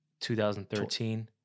2013